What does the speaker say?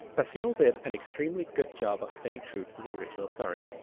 basile did an extremely good job of staying true to the original story.